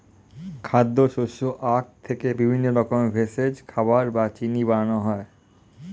খাদ্য, শস্য, আখ থেকে বিভিন্ন রকমের ভেষজ, খাবার বা চিনি বানানো হয়